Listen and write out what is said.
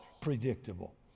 predictable